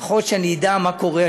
לפחות שאני אדע מה קורה,